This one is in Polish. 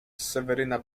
seweryna